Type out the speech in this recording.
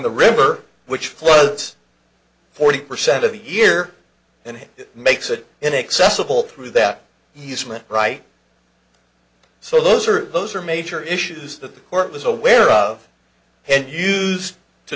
the river which floods forty percent of the year and it makes it inaccessible through that he's meant right so those are those are major issues that the court was aware of and used to